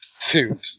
suit